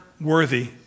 worthy